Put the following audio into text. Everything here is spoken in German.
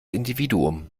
individuum